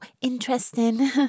interesting